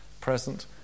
present